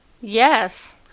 Yes